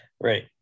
right